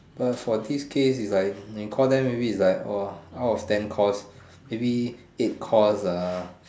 but for this case is like you call them maybe is like !wah! out of ten calls maybe eight calls are